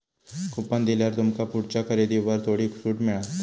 coupon दिल्यार तुमका पुढच्या खरेदीवर थोडी सूट मिळात